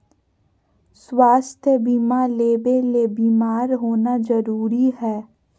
स्वास्थ्य बीमा लेबे ले बीमार होना जरूरी हय?